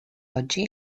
oggi